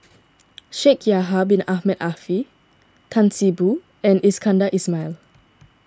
Shaikh Yahya Bin Ahmed Afifi Tan See Boo and Iskandar Ismail